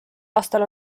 aastal